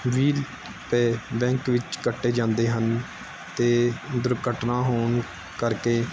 ਅਤੇ ਬੈਂਕ ਵਿੱਚ ਕੱਟੇ ਜਾਂਦੇ ਹਨ ਅਤੇ ਦੁਰਘਟਨਾ ਹੋਣ ਕਰਕੇ